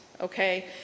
okay